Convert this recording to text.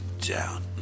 down